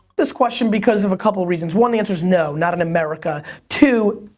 this question because of a couple of reasons. one, the answer's no not in america. two,